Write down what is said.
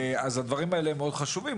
הדברים האלה מאוד חשובים.